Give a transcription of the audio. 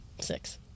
Six